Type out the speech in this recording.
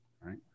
Right